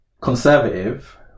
Conservative